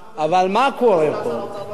אבל, מה קורה פה?